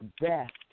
best